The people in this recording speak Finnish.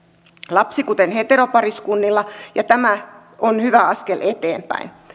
lapsi kuten heteropariskunnilla ja tämä on hyvä askel eteenpäin